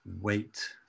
wait